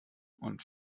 und